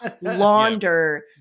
launder